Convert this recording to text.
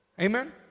Amen